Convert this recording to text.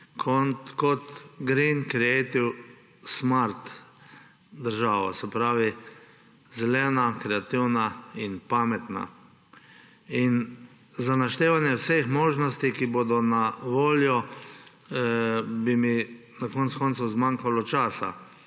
kot green, creative, smart državo, se pravi zelena, kreativna in pametna. In za naštevanje vseh možnosti, ki bodo na voljo, bi mi na koncu koncev zmanjkalo časa.